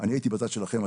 אני הייתי בצד שלכם,